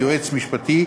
יועץ משפטי.